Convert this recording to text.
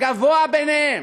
הגבוה ביניהם.